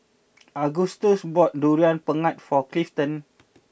Augustus bought Durian Pengat for Clifton